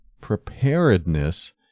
preparedness